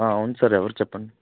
ఆ అవును సార్ ఎవరు చెప్పండి